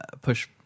push